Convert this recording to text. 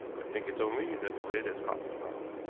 think it's only that the lid has caught somehow.